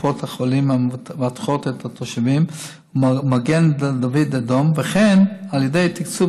קופות החולים המבטחות את התושבים ומגן דוד אדום והן על ידי תקצוב